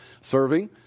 serving